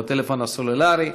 בטלפון הסלולרי,